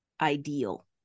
ideal